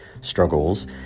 struggles